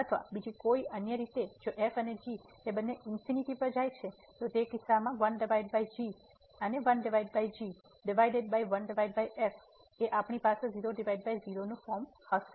અથવા બીજી કોઈ અન્ય રીતે જો f અને g બંને ∞ પર જાય છે તો તે કિસ્સામાં ડિવાઈડેડ આપણી પાસે 00 નું ફોર્મ હશે